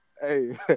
Hey